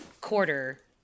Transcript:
quarter